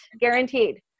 Guaranteed